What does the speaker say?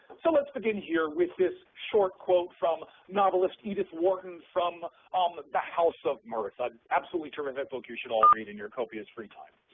so let's begin here with this short quote from novelist edith wharton from um the the house of mirth, ah an absolutely terrific book you should all read in your copious free time.